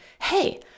hey